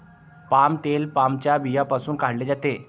palm तेल पामच्या बियांपासून काढले जाते